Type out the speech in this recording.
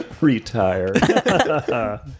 Retire